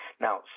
Now